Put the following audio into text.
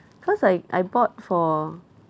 cause I I bought for